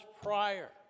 prior